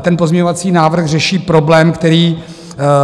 Ten pozměňovací návrh řeší problém, který